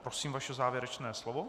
Prosím vaše závěrečné slovo.